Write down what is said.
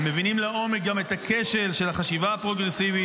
הם מבינים לעומק גם את הכשל של החשיבה הפרוגרסיבית.